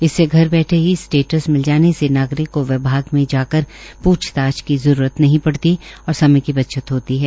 इससे घर बैठे ही स्टेट्स मिल जाने से नागरिक को विभाग में जाकर प्रछताछ की जरूरत नहीं पड़ेगी और समय की बचत होती है